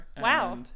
Wow